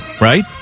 right